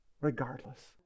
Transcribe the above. regardless